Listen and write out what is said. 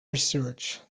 research